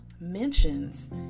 mentions